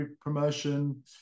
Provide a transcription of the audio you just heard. promotion